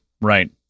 right